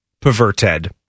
perverted